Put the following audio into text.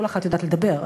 כל אחת יודעת לדבר,